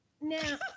Now